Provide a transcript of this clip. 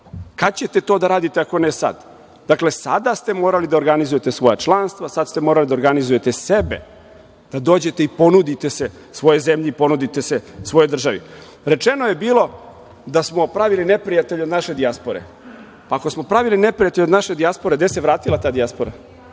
Kad ćete to da radite ako ne sad? Dakle, sada ste morali da organizujete svoja članstva, sad ste morali da organizujete sebe da dođete i ponudite se svojoj zemlji i ponudite se svojoj državi. Rečeno je bilo da smo pravili neprijatelja od naše dijaspore. Pa, ako smo pravili neprijatelja od naše dijaspore, gde se vratila ta dijaspora?